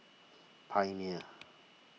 Pioneer